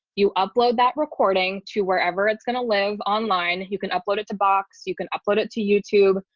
you upload that recording to wherever it's going to live online, you can upload it to box, you can upload it to youtube,